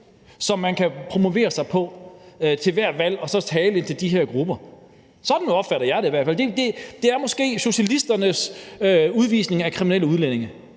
som man kan promovere sig på ved ethvert valg og så have den her tale til de grupper. Sådan opfatter jeg det i hvert fald. Det er måske socialisternes form for udvisning af kriminelle udlændinge